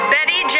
Betty